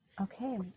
Okay